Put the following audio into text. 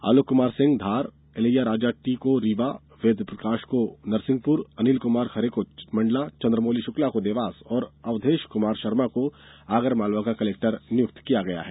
आलोक Kumar Singh Dhar Ilaiyaraja T को रीवा वेदप्रकाश को नरसिंहपुर अनिल कुमार खरे को मंडला चंद्रमौली शुक्ला को देवास और अवधेश कुमार शर्मा को आगरमालवा का कलेक्टर नियुक्त किया गया है